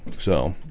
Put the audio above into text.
so